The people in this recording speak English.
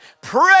Pray